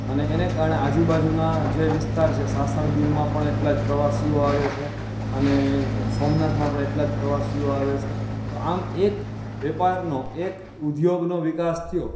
અને એને કારણે આજુબાજુના જે વિસ્તાર છે સાસણગીરમાં પણ એટલા જ પ્રવાસીઓ આવે છે અને સોમનાથમાં પણ એટલા જ પ્રવાસીઓ આવે છે તો આમ એક વેપારનો એક ઉદ્યોગનો વિકાસ થયો